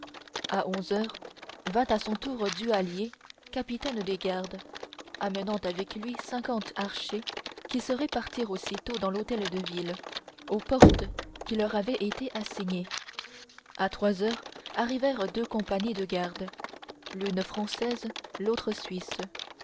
à onze heures vint à son tour duhallier capitaine des gardes amenant avec lui cinquante archers qui se répartirent aussitôt dans l'hôtel de ville aux portes qui leur avaient été assignées à trois heures arrivèrent deux compagnies des gardes l'une française l'autre suisse